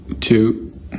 two